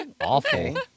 awful